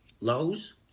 Lowe's